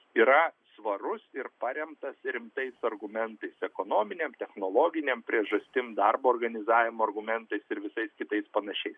yra svarus ir paremtas rimtais argumentais ekonominėm technologinėm priežastim darbo organizavimo argumentais ir visais kitais panašiais